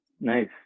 Nice